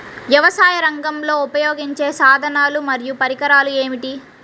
వ్యవసాయరంగంలో ఉపయోగించే సాధనాలు మరియు పరికరాలు ఏమిటీ?